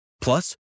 Plus